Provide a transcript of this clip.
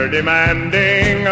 Demanding